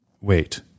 wait